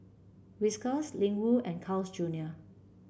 Whiskas Ling Wu and Carl's Junior